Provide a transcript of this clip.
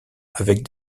avec